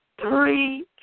three